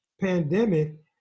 pandemic